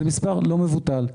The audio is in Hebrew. וזה מספר לא מבוטל.